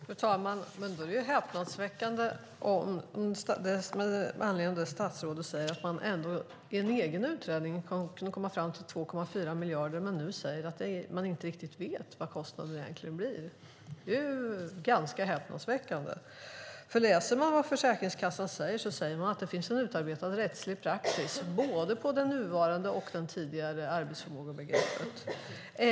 Fru talman! Med anledning av det statsrådet säger är det häpnadsväckande att man i en egen utredning kunde komma fram till 2,4 miljarder men nu säger att man inte riktigt vet vad kostnaden egentligen blir. Om man läser vad Försäkringskassan säger ser man att det finns en utarbetad rättslig praxis för både det nuvarande och det tidigare arbetsförmågebegreppet.